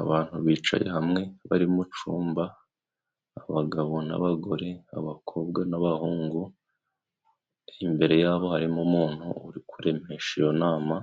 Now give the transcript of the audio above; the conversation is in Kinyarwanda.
Abantu bicaye hamwe bari mu cumba abagabo n'abagore, abakobwa n'abahungu, imbere yabo harimo umuntu uri kuremesha iyo nama